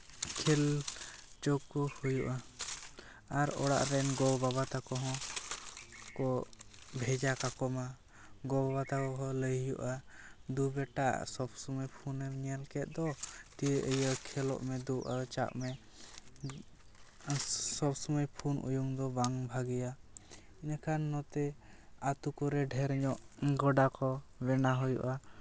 ᱠᱷᱮᱞ ᱦᱚᱪᱚ ᱠᱚ ᱦᱩᱭᱩᱜᱼᱟ ᱟᱨ ᱚᱲᱟᱜ ᱨᱮᱱ ᱜᱚᱼᱵᱟᱵᱟ ᱛᱟᱠᱚ ᱦᱚᱸ ᱠᱚ ᱵᱷᱮᱡᱟ ᱠᱟᱠᱚᱢᱟ ᱜᱚᱼᱵᱟᱵᱟ ᱛᱟᱠᱚ ᱠᱚ ᱞᱟᱹᱭ ᱦᱩᱭᱩᱜᱼᱟ ᱫᱩ ᱵᱮᱴᱟ ᱥᱚᱵ ᱥᱚᱢᱚᱭ ᱯᱷᱳᱱᱮᱱ ᱧᱮᱞ ᱠᱮᱜ ᱫᱚ ᱛᱤᱨᱮ ᱠᱷᱮᱞᱚᱜ ᱢᱮ ᱫᱩ ᱟᱨ ᱪᱟᱜ ᱢᱮ ᱟᱨ ᱥᱚᱵᱼᱥᱚᱢᱚᱭ ᱯᱷᱩᱱ ᱫᱚ ᱵᱟᱝ ᱵᱷᱟᱹᱜᱤᱭᱟ ᱮᱰᱮᱠᱷᱟᱱ ᱱᱚᱛᱮ ᱟᱹᱛᱩ ᱠᱚᱨᱮ ᱰᱷᱮᱨ ᱧᱚᱜ ᱜᱚᱰᱟ ᱠᱚ ᱵᱮᱱᱟᱣ ᱦᱩᱭᱩᱜᱼᱟ